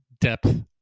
depth